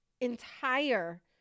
entire